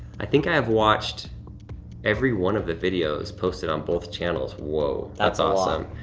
i think i have watched every one of the videos posted on both channels. whoa, that's awesome.